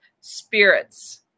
Spirits